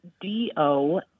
D-O